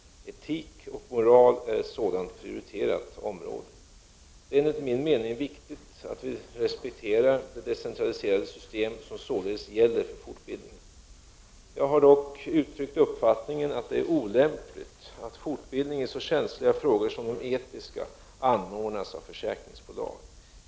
Etik och moral är ett sådant prioriterat område. Det är enligt min mening viktigt att vi respekterar det decentraliserade system som således gäller för fortbildningen. Jag har uttryckt uppfattningen att det är olämpligt att fortbildning i så känsliga frågor som de etiska anordnas av försäkringsbolag.